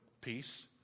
peace